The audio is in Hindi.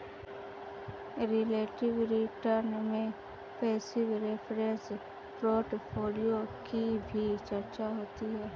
रिलेटिव रिटर्न में पैसिव रेफरेंस पोर्टफोलियो की भी चर्चा होती है